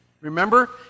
Remember